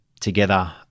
together